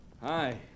Hi